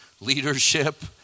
leadership